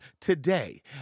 today